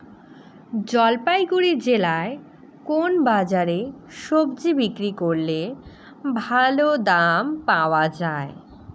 জলপাইগুড়ি জেলায় কোন বাজারে সবজি বিক্রি করলে ভালো দাম পাওয়া যায়?